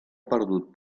perdut